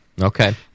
Okay